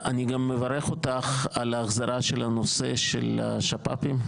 אני גם מברך אותך על ההחזרה של הנושא של השפ"פים,